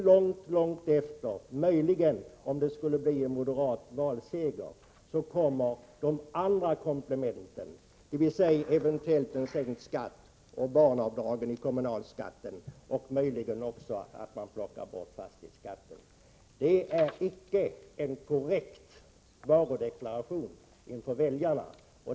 Långt efter — möjligen om det skulle bli en borgerlig valseger — kommer de andra komplementen, dvs. en eventuell sänkt skatt, slopande av barnavdragen i den kommunala skatten och eventuellt också att ni plockar bort fastighetsskatten. Det är icke en korrekt varudeklaration inför väljarna som ni gör.